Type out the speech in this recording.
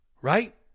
Right